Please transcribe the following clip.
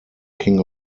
king